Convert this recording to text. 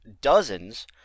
dozens